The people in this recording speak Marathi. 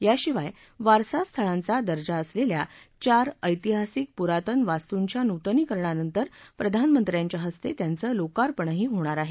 याशिवाय वारसास्थळांचा दर्जा असलेल्या चार ऐतिहासिक पुरातन वास्तूंच्या नूतनीकरणानंतर प्रधानमंत्र्यांच्या हस्ते त्यांचं लोकर्पणही होणार आहे